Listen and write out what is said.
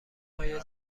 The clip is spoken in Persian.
های